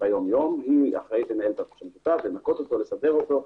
ביום יום, לנקות אותו, לסדר אותו,